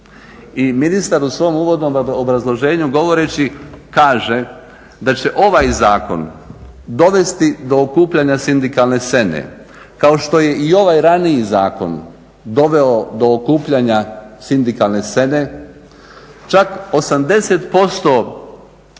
i ministar u svom uvodnom obrazloženju govoreći kaže da će ovaj zakon dovesti do okupljanja sindikalne scene, kao što je i ovaj raniji zakon doveo do okupljanja sindikalne scene. Čak 80%